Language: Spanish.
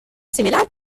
similar